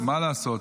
מה לעשות.